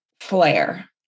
flare